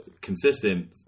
consistent